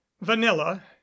vanilla